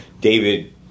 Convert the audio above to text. david